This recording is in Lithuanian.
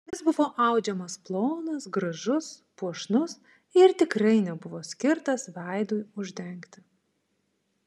jis buvo audžiamas plonas gražus puošnus ir tikrai nebuvo skirtas veidui uždengti